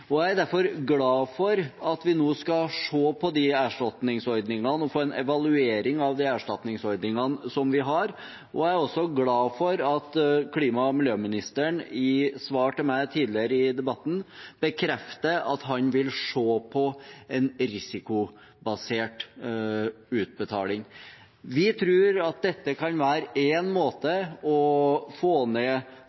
er jeg glad for at vi nå skal se på erstatningsordningene og få en evaluering av de erstatningsordningene vi har. Jeg er også glad for at klima- og miljøministeren i et svar til meg tidligere i debatten bekrefter at han vil se på en risikobasert utbetaling. Vi tror dette kan være en måte